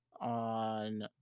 on